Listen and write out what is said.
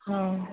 हाँ